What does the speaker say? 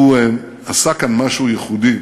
הוא עשה כאן משהו ייחודי.